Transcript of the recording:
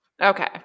Okay